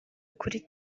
kuri